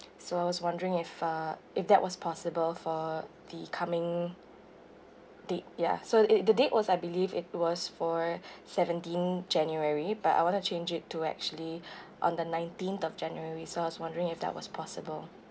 so I was wondering if uh if that was possible for the coming date ya so it~ the date was I believe it was for seventeenth january but I want to change it to actually on the nineteenth of january so I was wondering if that was possible